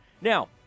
Now